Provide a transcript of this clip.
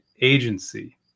Agency